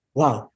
wow